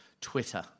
Twitter